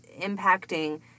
impacting